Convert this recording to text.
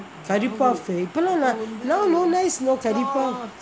curry puffs இப்பெல்லாம்:ippellaam lah now no nice you know curry puff